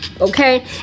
Okay